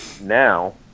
now